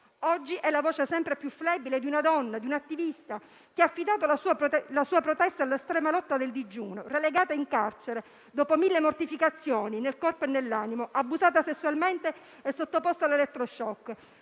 Oggi rimane la voce sempre più flebile di una donna, Loujain, un'attivista che ha affidato la sua protesta all'estrema lotta del digiuno, relegata in carcere dopo mille mortificazioni nel corpo e nell'animo, abusata sessualmente e sottoposta ad elettroshock,